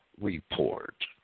report